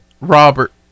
Robert